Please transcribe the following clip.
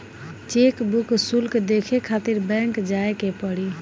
chequebook शुल्क देखे खातिर बैंक जाए के पड़ी